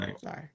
Sorry